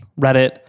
reddit